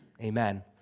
amen